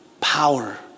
power